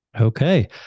okay